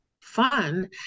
fun